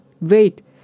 wait